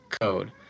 code